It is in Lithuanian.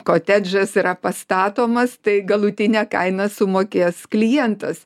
kotedžas yra pastatomas tai galutinę kainą sumokės klientas